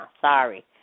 Sorry